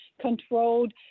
controlled